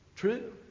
true